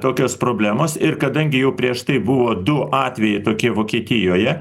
tokios problemos ir kadangi jau prieš tai buvo du atvejai tokie vokietijoje